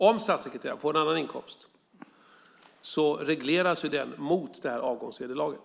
Om statssekreteraren får en annan inkomst regleras den mot det här avgångsvederlaget.